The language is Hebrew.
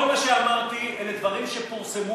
כל מה שאמרתי אלה דברים שפרסמו,